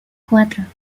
cuatro